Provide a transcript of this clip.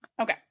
Okay